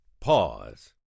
pause